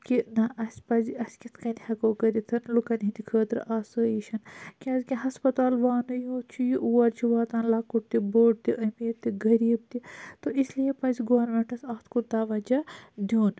کہِ نَہ اَسہِ پَزِ اَسہِ کِتھ کٔنۍ ہیٚکو کٔرِتھ لُکَن ہِنٛد خٲطرٕ آسٲیِش کیازِ کہِ ہَسپَتال وانٕے یوت چھِ یہِ اور چھُ واتان لَکُٹ تہِ بوٚڑ تہِ امیر تہِ غریب تہِ تہٕ اِسلے پَزِ گورمیٚنٹَس اَتھ کُن تَوَجَہ دِیُن